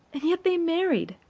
and yet they married.